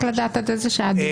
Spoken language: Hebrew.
רק לדעת עד איזה שעה הדיון.